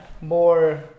More